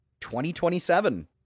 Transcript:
2027